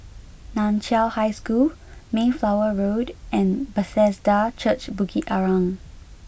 Nan Chiau High School Mayflower Road and Bethesda Church Bukit Arang